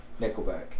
Nickelback